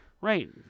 Right